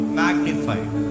magnified